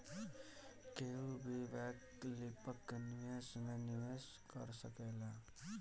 केहू भी वैकल्पिक निवेश में निवेश कर सकेला